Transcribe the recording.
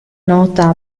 nota